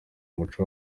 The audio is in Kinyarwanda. umuco